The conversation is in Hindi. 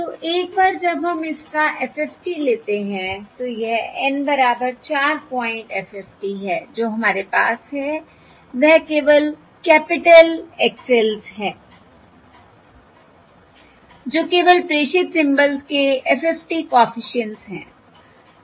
तो एक बार जब हम इसका FFT लेते हैं तो यह N बराबर 4 पॉइंट FFT है जो हमारे पास है वह केवल कैपिटल X ls है जो केवल प्रेषित सिंबल्स के FFT कॉफिशिएंट्स हैं